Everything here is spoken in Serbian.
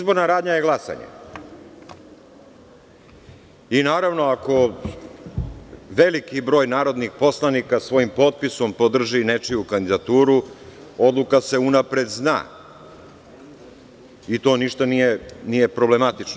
Izborna radnja je glasanje i, naravno, ako veliki broj narodnih poslanika svojim potpisom podrži nečiju kandidaturu, odluka se unapred zna i to ništa nije problematično.